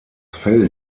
fell